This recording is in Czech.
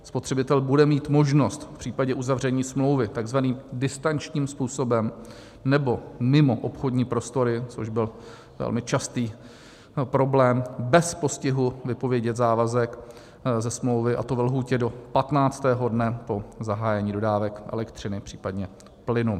Spotřebitel bude mít možnost v případě uzavření smlouvy takzvaným distančním způsobem nebo mimo obchodní prostory, což byl velmi častý problém, bez postihu vypovědět závazek ze smlouvy, a to ve lhůtě do patnáctého dne po zahájení dodávek elektřiny, případně plynu.